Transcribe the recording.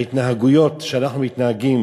ההתנהגויות שאנחנו מתנהגים